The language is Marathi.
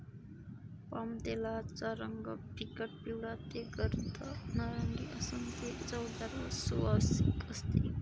पामतेलाचा रंग फिकट पिवळा ते गर्द नारिंगी असून ते चवदार व सुवासिक असते